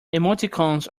emoticons